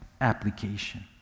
Application